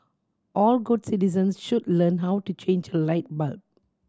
all good citizens should learn how to change a light bulb